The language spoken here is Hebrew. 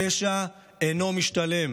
הפשע אינו משתלם.